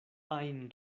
ajn